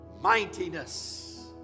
mightiness